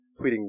tweeting